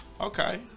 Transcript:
Okay